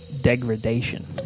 degradation